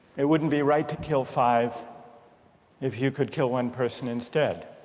it wouldn't be right to kill five if you could kill one person instead